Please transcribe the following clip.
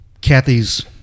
Kathy's